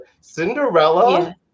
Cinderella